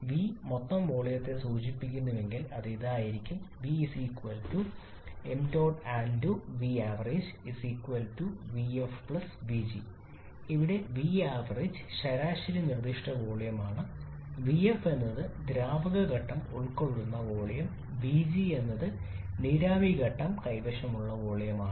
മൂലധനം V മൊത്തം വോളിയത്തെ സൂചിപ്പിക്കുന്നുവെങ്കിൽ അത് ഇതായിരിക്കും V 𝑚𝑡𝑜𝑡𝑎𝑙 𝑣𝑎𝑣𝑔 𝑉𝑓 𝑉𝑔 ഇവിടെ vavg ശരാശരി നിർദ്ദിഷ്ട വോളിയമാണ് Vf എന്നത് ദ്രാവക ഘട്ടം ഉൾക്കൊള്ളുന്ന വോളിയം Vg എന്നത് നീരാവി ഘട്ടം കൈവശമുള്ള വോളിയമാണ്